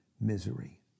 misery